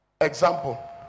Example